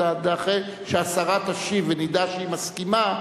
אחרי שהשרה תשיב ונדע שהיא מסכימה,